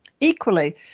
equally